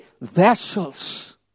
vessels